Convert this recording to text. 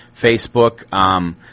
Facebook